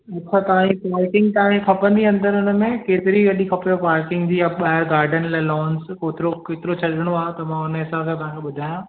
roof ताईं melting तव्हां खे खपंदी अंदरि हुन में केतिरी वॾी खपेव पार्किंग जीअं ॿाहिरि गार्डन लोंस होतिरो केतिरो छॾिणो आहे त मां हुन जे हिसाब सां तव्हां खे ॿुधायां